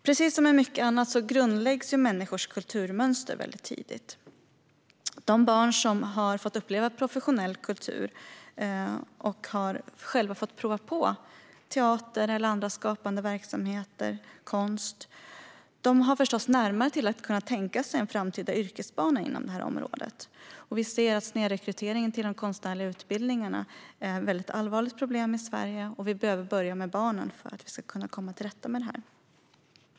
Precis som med mycket annat grundläggs människors kulturmönster väldigt tidigt. De barn som har fått uppleva professionell kultur och själva fått prova på teater eller andra skapande verksamheter, till exempel konst, har förstås lättare att tänka sig en framtida yrkesbana inom området. Vi ser att snedrekryteringen till de konstnärliga utbildningarna är ett allvarligt problem i Sverige, och vi behöver börja med barnen för att komma till rätta med detta.